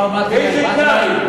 איזה תנאי?